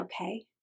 okay